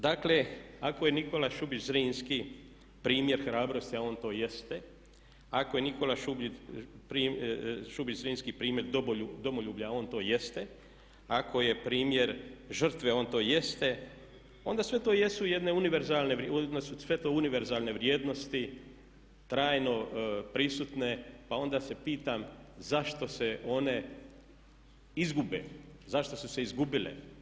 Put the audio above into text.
Dakle, ako je Nikola Šubić Zrinski primjer hrabrosti, a on to jeste, ako je Nikola Šubić Zrinski primjer domoljublja, a on to jeste, ako je primjer žrtve, a on to jeste onda sve to jesu jedne univerzalne vrijednosti trajno prisutne pa onda se pitam zašto se one izgube, zašto su se izgubile?